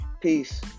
peace